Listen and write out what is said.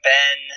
Ben